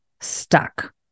stuck